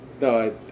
No